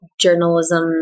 journalism